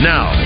Now